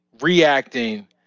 reacting